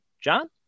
John